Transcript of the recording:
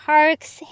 Parks